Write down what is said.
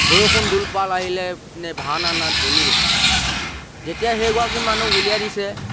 বৰষুণ দোলপাল আহিলে ইপিনে ভাওনাৰ নাট জ্বলি গৈছে যেতিয়া সেই গৰাকী মানুহক উলিয়াই দিছে